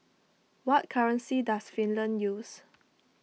what currency does Finland use